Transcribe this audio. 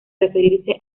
referirse